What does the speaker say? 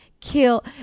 kill